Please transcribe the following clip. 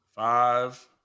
Five